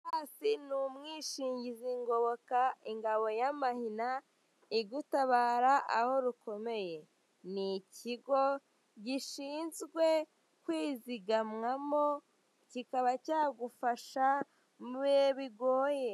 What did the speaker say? Sorasi ni umwishingizi ngoboka ingabo y'amahina igutabara aho rukomeye, ni ikigo gishinzwe kwizigamwamo kikaba cyagufasha mubihe bigoye.